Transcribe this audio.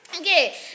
Okay